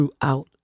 throughout